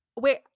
Wait